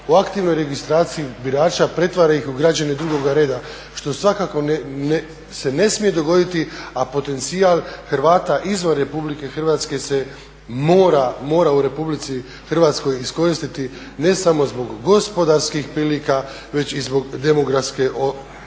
o aktivnoj registraciji birača pretvara ih u građane drugoga reda što svakako se ne smije dogoditi, a potencijal Hrvata izvan Republike Hrvatske se mora u Republici Hrvatskoj iskoristiti ne samo zbog gospodarskih prilika već i zbog demografske obnove.